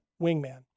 wingman